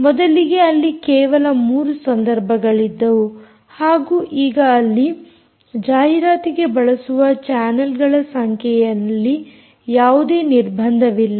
ಮೊದಲಿಗೆ ಅಲ್ಲಿ ಕೇವಲ 3 ಸಂದರ್ಭಗಳಿದ್ದವು ಹಾಗೂ ಈಗ ಅಲ್ಲಿ ಜಾಹೀರಾತಿಗೆ ಬಳಸುವ ಚಾನಲ್ಗಳ ಸಂಖ್ಯೆಯಲ್ಲಿ ಯಾವುದೇ ನಿರ್ಬಂಧವಿಲ್ಲ